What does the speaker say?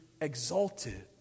exalted